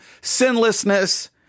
sinlessness